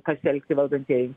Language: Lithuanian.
pasielgti valdantieji